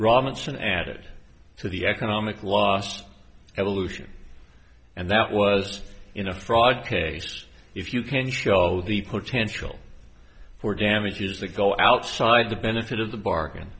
robinson added to the economic loss evolution and that was in a fraud case if you can show the potential for damages the go outside the benefit of the bargain